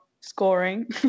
scoring